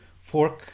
fork